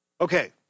Okay